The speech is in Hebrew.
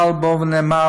אבל בואו ונאמר